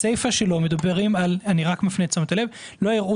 בסיפה שלו נאמר אני מפנה את תשומת הלב - שלא יראו